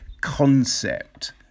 concept